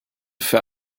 für